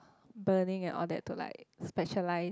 burning and all that to like specialised